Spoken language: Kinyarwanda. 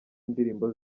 indirimbo